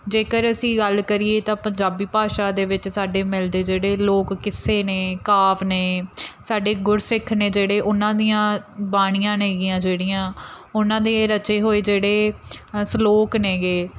ਜੇਕਰ ਅਸੀਂ ਗੱਲ ਕਰੀਏ ਤਾਂ ਪੰਜਾਬੀ ਭਾਸ਼ਾ ਦੇ ਵਿੱਚ ਸਾਡੇ ਮਿਲਦੇ ਜਿਹੜੇ ਲੋਕ ਕਿੱਸੇ ਨੇ ਕਾਵਿ ਨੇ ਸਾਡੇ ਗੁਰਸਿੱਖ ਨੇ ਜਿਹੜੇ ਉਹਨਾਂ ਦੀਆਂ ਬਾਣੀਆਂ ਨੇਗੀਆਂ ਜਿਹੜੀਆਂ ਉਹਨਾਂ ਦੇ ਰਚੇ ਹੋਏ ਜਿਹੜੇ ਸਲੋਕ ਨੇਗੇ